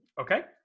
okay